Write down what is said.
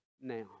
now